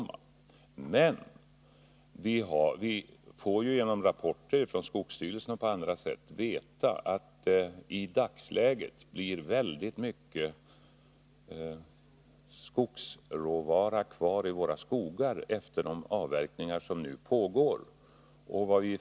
Men genom rapporter från skogsstyrelsen och på andra sätt får vi veta att en stor del av skogsråvaran i dag blir kvar i skogarna efter de avverkningar som sker.